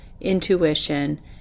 intuition